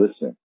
listen